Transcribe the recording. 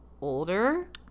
older